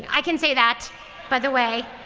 i can say that by the way.